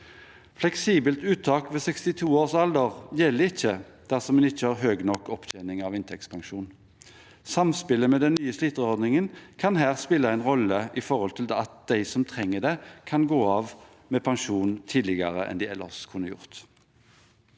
Fleksibelt uttak ved 62 års alder gjelder ikke dersom en ikke har høy nok opptjening av inntektspensjon. Samspillet med den nye sliterordningen kan her spille en rolle med tanke på at de som trenger det, kan gå av med pensjon tidligere enn de ellers kunne gjort.